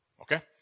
Okay